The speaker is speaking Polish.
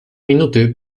minuty